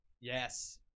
Yes